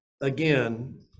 again